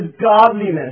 godliness